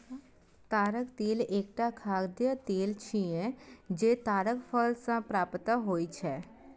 ताड़क तेल एकटा खाद्य तेल छियै, जे ताड़क फल सं प्राप्त होइ छै